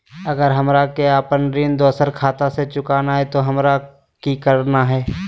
अगर हमरा अपन ऋण दोसर खाता से चुकाना है तो कि करना है?